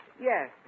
Yes